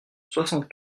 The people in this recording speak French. soixante